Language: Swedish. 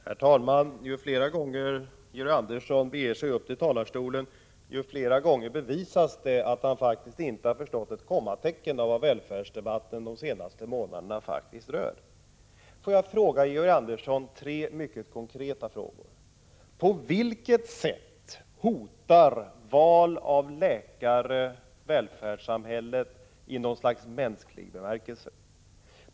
Herr talman! Ju fler gånger Georg Andersson beger sig upp till talarstolen, desto fler gånger bevisas det att han faktiskt inte har förstått ett kommatecken av vad välfärdsdebatten de senaste månaderna rör. Jag vill ställa tre konkreta frågor till Georg Andersson. På vilket sätt hotar valet av läkare välfärdssamhället i något slags mänsklig bemärkelse?